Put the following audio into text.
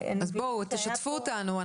אנא תשתפו אותנו.